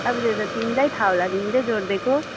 अब त्यो त तिमीलाई थाहा होला तिमीले जोडिदिएको